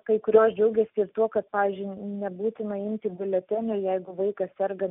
kai kurios džiaugiasi tuo kad pavyzdžiui nebūtina imti biuletenio jeigu vaikas serga